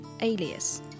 alias